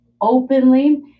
openly